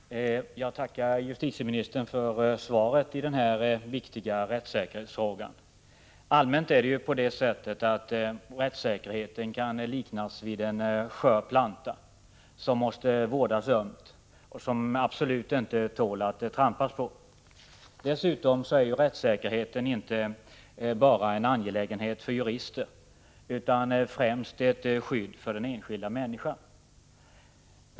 Herr talman! Jag tackar justitieministern för svaret när det gäller den viktiga rättssäkerhetsfrågan. Allmänt kan rättssäkerheten liknas vid en skör planta, som måste vårdas ömt och som absolut inte tål att trampas på. Dessutom är rättssäkerheten inte bara en angelägenhet för jurister, utan främst ett skydd för den enskilda människan.